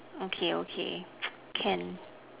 okay okay can